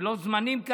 ולא זמנים.